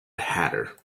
hatter